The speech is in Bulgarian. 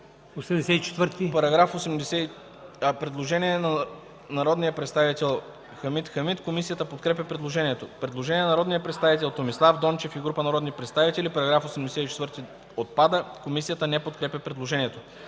Параграф 84. Предложение на народния представител Хамид Хамид. Комисията подкрепя предложението. Предложение на народния представител Томислав Дончев и група народни представители –§ 84 отпада. Комисията не подкрепя предложението.